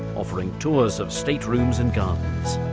offering tours of staterooms and gardens.